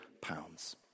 pounds